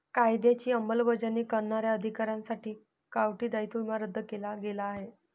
कायद्याची अंमलबजावणी करणाऱ्या अधिकाऱ्यांसाठी काउंटी दायित्व विमा रद्द केला गेला आहे